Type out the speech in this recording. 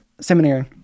Seminary